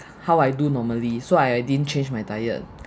how I do normally so I didn't change my diet